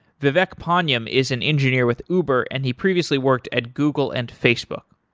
vivek panyam is an engineer with uber and he previously worked at google and facebook.